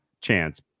chance